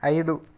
ఐదు